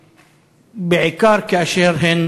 ובעיקר כאשר הן